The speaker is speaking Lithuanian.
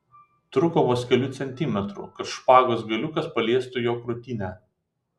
trūko vos kelių centimetrų kad špagos galiukas paliestų jo krūtinę